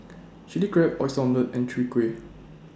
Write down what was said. Chilli Crab Oyster and Chwee Kueh